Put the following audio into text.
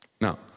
Now